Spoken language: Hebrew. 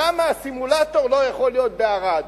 למה הסימולטור לא יכול להיות בערד,